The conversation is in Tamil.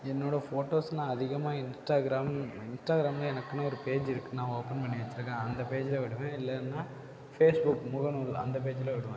என்னோட ஃபோட்டோஸ் நான் அதிகமாக இன்ஸ்டாக்ராம் இன்ஸ்டாக்ராம்னா எனக்குன்னு ஒரு பேஜு இருக்கு நான் ஓப்பன் பண்ணி வச்சுருக்கேன் அந்த பேஜில் விடுவேன் இல்லைன்னா ஃபேஸ் புக் முகநூல் அந்த பேஜில் விடுவேன்